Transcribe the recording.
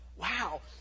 Wow